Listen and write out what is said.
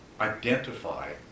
identify